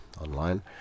online